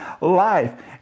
life